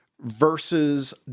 versus